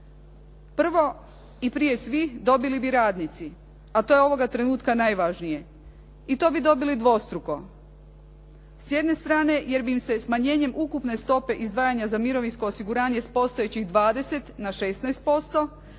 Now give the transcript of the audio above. prvo, i prije svih dobili bi radnici, a to je ovoga trenutka najvažnije i to bi dobili dvostruko. S jedne strane jer bi im se smanjenjem ukupne stope izdvajanja za mirovinsko osiguranje s postojećih 20 na 16%,